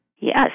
Yes